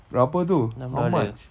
berapa tu how much